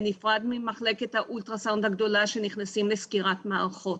בנפרד ממחלקת האולטרה - סאונד הגדולה שאליה נכנסים לסקירת מערכות.